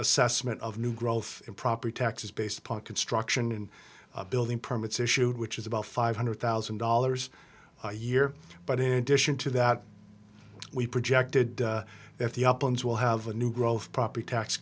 assessment of new growth in property taxes based upon construction and building permits issued which is about five hundred thousand dollars a year but in addition to that we projected that the uplands will have a new growth property tax